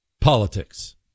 politics